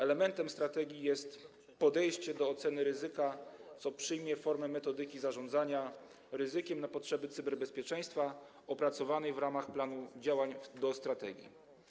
Elementem strategii jest podejście do oceny ryzyka, co przyjmie formę metodyki zarządzania ryzykiem na potrzeby cyberbezpieczeństwa, opracowanej w ramach planu działań do strategii.